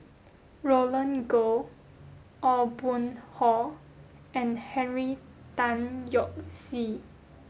Roland Goh Aw Boon Haw and Henry Tan Yoke See